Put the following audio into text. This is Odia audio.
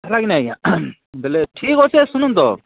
ହେଲା କି ନି ଆଜ୍ଞା ବେଲେ ଠିକ୍ ଅଛେ ଶୁଣୁନ୍ ତ